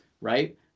Right